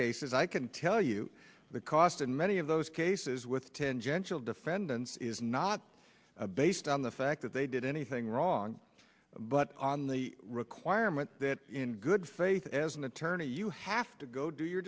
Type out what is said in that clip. cases i can tell you the cost in many of those cases with tangential defendants is not based on the fact that they did anything wrong but on the requirement that in good faith as an attorney you have to go do your